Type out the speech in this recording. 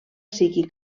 sigui